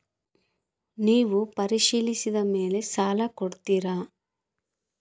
ನೇವು ಪರಿಶೇಲಿಸಿದ ಮೇಲೆ ಸಾಲ ಕೊಡ್ತೇರಾ?